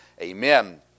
Amen